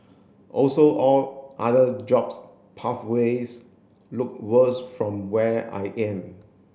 also all other jobs pathways look worse from where I am